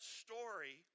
story